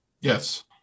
Yes